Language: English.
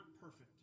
perfect